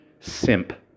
simp